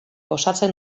osatzen